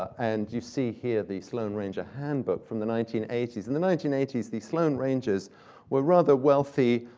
and you see here the sloane ranger handbook from the nineteen eighty s. in the nineteen eighty s, the sloane rangers were rather wealthy,